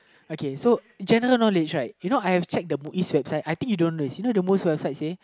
okay so general knowledge right you know I've checked the MUIS website I think you don't know this you know the MUIS website says